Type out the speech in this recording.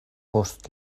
post